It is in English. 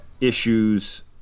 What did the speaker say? issues